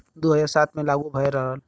दू हज़ार सात मे लागू भएल रहल